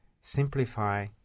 simplify